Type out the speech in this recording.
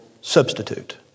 substitute